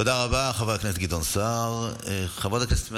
תודה רבה, חבר הכנסת גדעון סער.